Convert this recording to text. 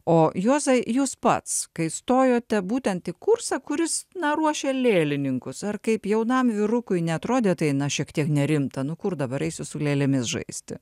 o juozai jūs pats kai stojote būtent į kursą kuris na ruošė lėlininkus ar kaip jaunam vyrukui neatrodė tai na šiek tiek nerimta nu kur dabar eisiu su lėlėmis žaisti